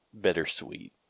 bittersweet